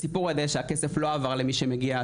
הסיפור הזה שהכסף לא עבר למי שמגיע,